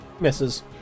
Misses